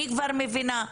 אני כבר מבינה,